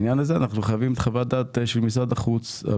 לעניין הזה אנחנו חייבים חוות דעת של משרד החוץ על